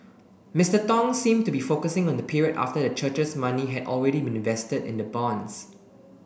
Mister Tong seemed to be focusing on the period after the church's money had already been invested in the bonds